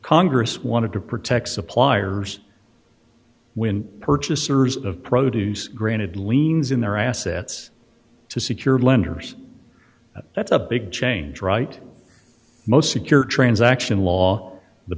congress wanted to protect suppliers when purchasers of produce granted liens in their assets to secure lenders that's a big change right most secure transaction law the